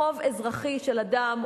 חוב אזרחי של אדם,